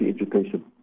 education